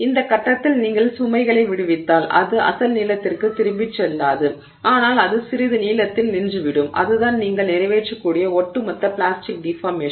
இந்த கட்டத்தில் நீங்கள் சுமைகளை விடுவித்தால் அது அசல் நீளத்திற்கு திரும்பிச் செல்லாது ஆனால் அது சிறிது நீளத்தில் நின்றுவிடும் அதுதான் நீங்கள் நிறைவேற்றிய ஒட்டுமொத்த பிளாஸ்டிக் டிஃபார்மேஷன்